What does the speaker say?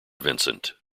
vincent